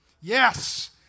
Yes